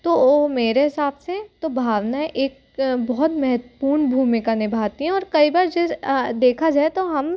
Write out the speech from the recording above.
तो ओ मेरे हिसाब से तो भावनाऍं एक बहुत महत्वपूर्ण भूमिका निभाती हैं और कई बार जैसे देखा जाए तो हम